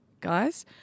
guys